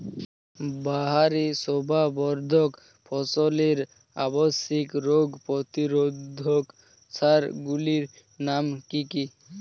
বাহারী শোভাবর্ধক ফসলের আবশ্যিক রোগ প্রতিরোধক সার গুলির নাম কি কি?